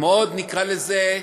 נקרא לזה,